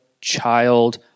child